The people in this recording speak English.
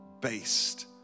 based